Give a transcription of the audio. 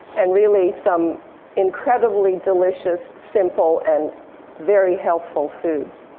and really some incredibly delicious simple, and very helpful foods.